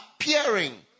appearing